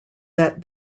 that